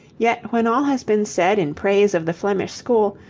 yet when all has been said in praise of the flemish school,